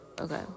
Okay